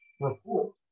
report